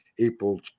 April